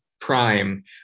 prime